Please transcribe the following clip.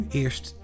eerst